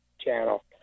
channel